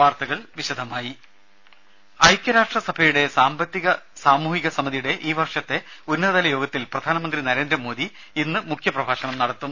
വാർത്തകൾ വിശദമായി ഐക്യരാഷ്ട്രസഭയുടെ സാമ്പത്തിക സാമൂഹിക സമിതിയുടെ ഈ വർഷത്തെ ഉന്നതതല യോഗത്തിൽ പ്രധാനമന്ത്രി നരേന്ദ്രമോദി ഇന്ന് മുഖ്യപ്രഭാഷണം നടത്തും